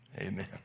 Amen